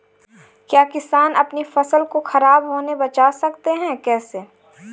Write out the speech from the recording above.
क्या किसान अपनी फसल को खराब होने बचा सकते हैं कैसे?